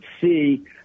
see